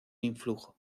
influjo